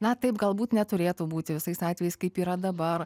na taip galbūt neturėtų būti visais atvejais kaip yra dabar